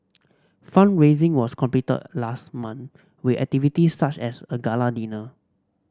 fund raising was completed last month we activities such as a gala dinner